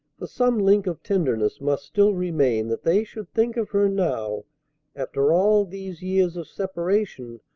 for some link of tenderness must still remain that they should think of her now after all these years of separation,